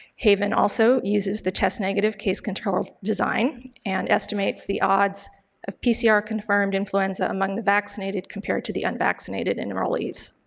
haven also uses the chest negative case controlled design and estimates the odds of pcr confirmed influenza among the vaccinated compared to the unvaccinated and enrollees.